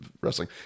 wrestling